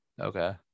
Okay